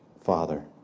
Father